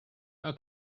how